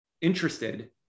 interested